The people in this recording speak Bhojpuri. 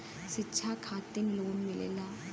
शिक्षा खातिन लोन मिलेला?